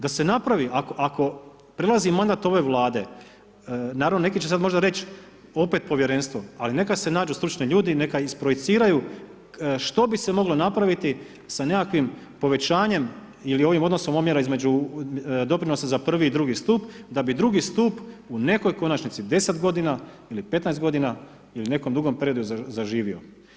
Da se napravi ako prelazi mandat ove Vlade, naravno neki će sad možda reć opet povjerenstvo, ali neka se nađu stručni ljudi neka isprojeciraju što bi se moglo napraviti sa nekakvim povećanjem ili ovim omjerom odnosa između doprinosa za prvi i drugi stup da bi drugi stup u nekoj konačnici 10 godina ili 15 godina ili nekom drugom periodu zaživio.